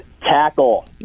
tackle